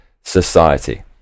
society